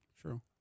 True